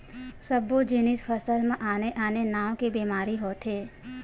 सब्बो जिनिस फसल म आने आने नाव के बेमारी होथे